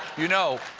you know,